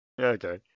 Okay